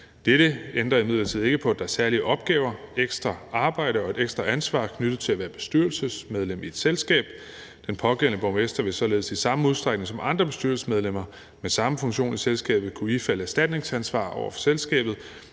Dette ændrer imidlertid ikke på, at der er særlige opgaver, ekstra arbejde og et ekstra ansvar knyttet til at være bestyrelsesmedlem i et selskab. Den pågældende borgmester vil således i samme udstrækning som andre bestyrelsesmedlemmer med samme funktion i selskabet kunne ifalde erstatningsansvar over for selskabet,